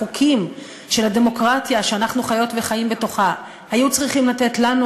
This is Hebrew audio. החוקים של הדמוקרטיה שאנחנו חיות וחיים בתוכה היו צריכים לתת לנו,